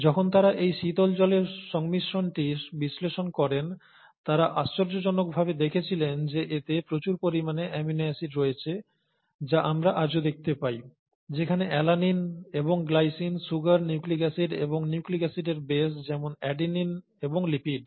যখন তারা এই শীতল জলের সংমিশ্রণটি বিশ্লেষণ করেন তারা আশ্চর্যজনকভাবে দেখেছিলেন যে এতে প্রচুর পরিমাণে অ্যামিনো অ্যাসিড রয়েছে যা আমরা আজও দেখতে পাই যেমন অ্যালানিন এবং গ্লাইসিন সুগার নিউক্লিক অ্যাসিড এবং নিউক্লিক অ্যাসিডের বেস যেমন অ্যাডিনিন এবং লিপিড